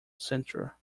centre